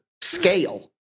scale